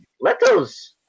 Leto's